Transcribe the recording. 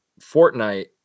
Fortnite